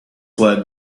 led